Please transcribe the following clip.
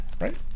Right